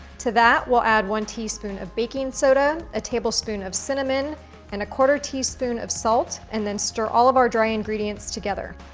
to that, we'll add one teaspoon of baking soda, a tablespoon of cinnamon and a quarter teaspoon of salt and then stir all of our dry ingredients together.